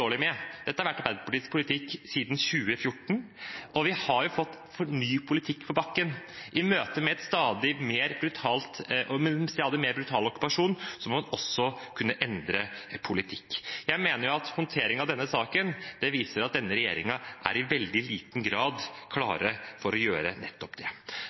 med. Dette har vært Arbeiderpartiets politikk siden 2014, og vi har fått ny politikk på bakken – i møte med en stadig mer brutal okkupasjon må man også kunne endre politikk. Jeg mener at håndteringen av denne saken viser at denne regjeringen i veldig liten grad er klar for å gjøre nettopp det.